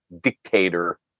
dictator